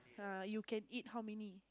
uh you can eat how many